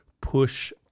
push